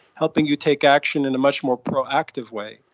helping you take action in a much more proactive way.